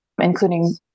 including